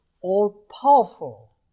all-powerful